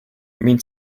mind